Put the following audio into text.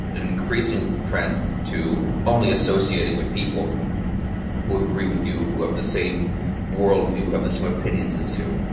increasing trend to only associating with people who agree with you, who have the same worldview, have the same opinions as you.